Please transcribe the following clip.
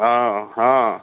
অঁ অঁ